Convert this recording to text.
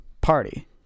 party